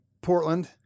Portland